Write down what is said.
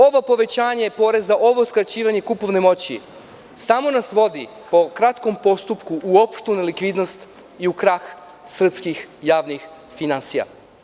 Ovo povećanje poreza, ovo skraćivanje kupovne moći samo nas vodi po kratkom postupku u opštu nelikvidnost i u krah srpskih javnih finansija.